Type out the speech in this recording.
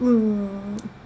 mm